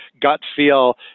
gut-feel